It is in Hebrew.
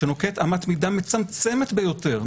שנוקט אמת מידה מצמצמת ביותר,